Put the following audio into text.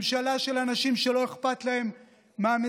ממשלה של אנשים שלא אכפת להם מהאזרחים,